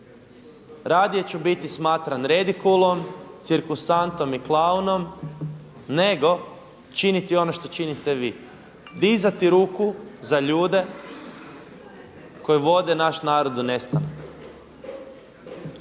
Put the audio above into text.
radije ću biti smatran redikulom, cirkusantom i klaunom nego činiti ono što činite vi, dizati ruku za ljude koji vode naš narod u nestanak.